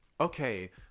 okay